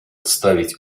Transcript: ставить